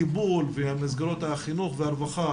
הטיפול ומסגרות החינוך והרווחה